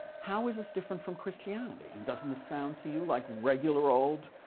how is this different from christianity? and doesn't this sound to you like regular old